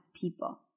people